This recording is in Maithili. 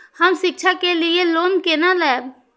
हम शिक्षा के लिए लोन केना लैब?